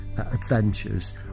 Adventures